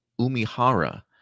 Umihara